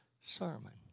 sermon